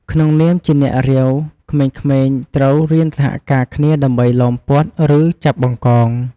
ក្នុងនាមជា អ្នករាវ ក្មេងៗត្រូវរៀនសហការគ្នាដើម្បីឡោមព័ទ្ធ ឬចាប់ បង្កង។